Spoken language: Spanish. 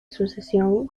sucesión